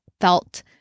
felt